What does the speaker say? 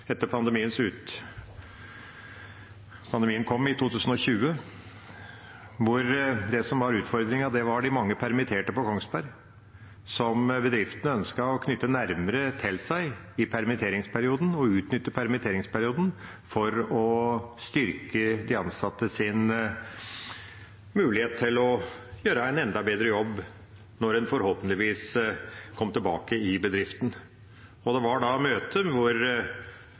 2020, der utfordringen var de mange permitterte på Kongsberg som bedriftene ønsket å knytte nærmere til seg i permitteringsperioden og utnytte permitteringsperioden til å styrke de ansattes mulighet til å gjøre en enda bedre jobb når de forhåpentligvis kom tilbake i bedriften. Det var et møte hvor